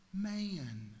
man